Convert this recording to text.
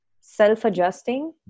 self-adjusting